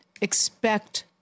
expect